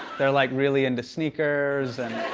they're, like, really into sneakers, and.